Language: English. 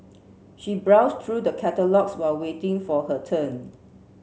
she browsed through the catalogues while waiting for her turn